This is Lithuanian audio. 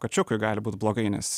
kačiukui gali būt blogai nes